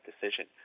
decision